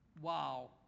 Wow